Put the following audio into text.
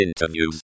Interviews